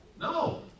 No